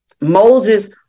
Moses